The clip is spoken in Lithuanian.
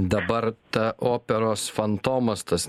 dabar ta operos fantomas tas